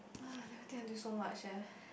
never think until so much eh